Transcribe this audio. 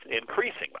increasing